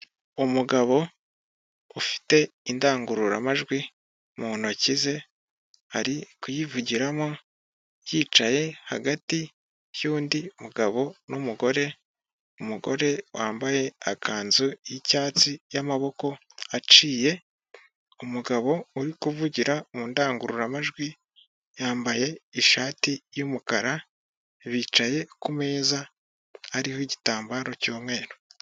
Umugabo ufite indangururamajwi mu ntoki ze ari kuyivugiramo yicaye hagati y'undi mugabo n'umugore, umugore wambaye ikanzu y'icyatsi y'amaboko aciye, umugabo uri kuvugira mu ndangururamajwi yambaye ishati y'umukara bicaye ku meza harihoho igitambaro cy'umweru.